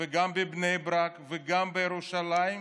גם בבני ברק וגם בירושלים,